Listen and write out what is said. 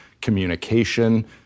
communication